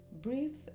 breathe